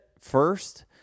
first